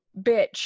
bitch